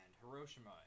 hiroshima